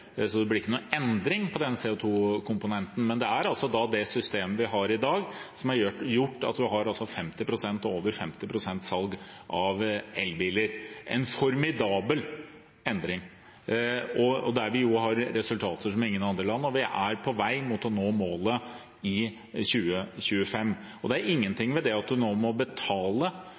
så det blir ikke noen endring på den CO 2 -komponenten. Men det er det systemet vi har i dag, som har gjort at salg av elbiler utgjør over 50 pst. – en formidabel endring. Der har vi jo resultater som ingen andre land, og vi er på vei mot å nå målet i 2025. Og det du nå må betale – mindre enn det en tradisjonell bileier må